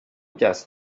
just